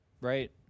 Right